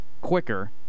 quicker